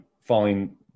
falling